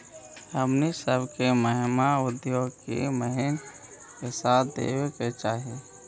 हमनी सब के महिला उद्यमिता में महिलबन के साथ देबे के चाहई